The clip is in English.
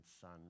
son